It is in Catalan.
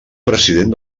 president